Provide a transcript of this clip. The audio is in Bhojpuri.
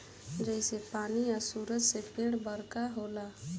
जइसे पानी आ सूरज से पेड़ बरका होला